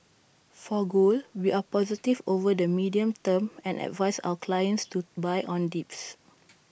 for gold we are positive over the medium term and advise our clients to buy on dips